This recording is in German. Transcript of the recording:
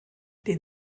den